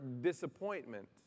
disappointment